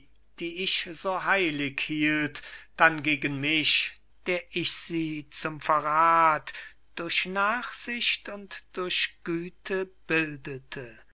die ich so heilig hielt dann gegen mich der ich sie zum verrath durch nachsicht und durch güte bildete